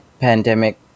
pandemic